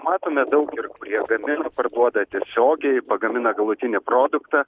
matome daug ir jie gamina parduoda tiesiogiai pagamina galutinį produktą